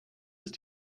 ist